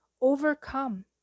Overcome